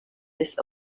this